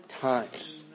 times